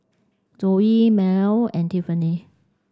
Zoe Merl and Tiffany